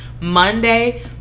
monday